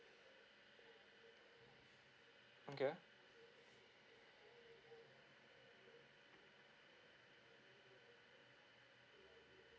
okay